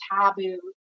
taboo